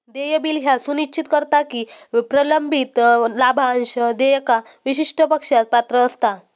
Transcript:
देय बिल ह्या सुनिश्चित करता की प्रलंबित लाभांश देयका विशिष्ट पक्षास पात्र असता